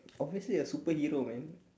obviously a superhero man